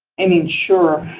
and ensure